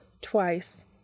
twice